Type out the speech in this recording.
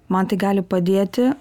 man tai gali padėti